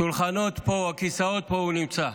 השולחנות והכיסאות פה, הוא נמצא.